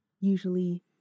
usually